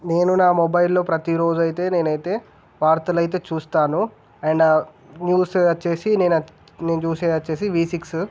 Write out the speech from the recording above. నేను నా మొబైల్లో ప్రతీ రోజు అయితే నేను అయితే వార్తలు అయితే చూస్తాను అండ్ ఆ న్యూస్ వచ్చేసి నేను నేను చూసేది వచ్చేసి వి సిక్స్